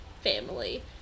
family